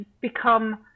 become